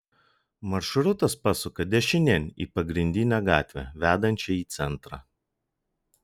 maršrutas pasuka dešinėn į pagrindinę gatvę vedančią į centrą